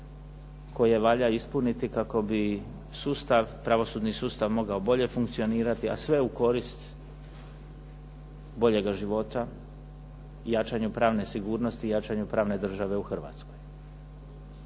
koje valja ispuniti kako bi sustav, pravosudni sustav mogao bolje funkcionirati, a sve u korist boljega života, jačanju pravne sigurnosti, jačanju pravne države u Hrvatskoj.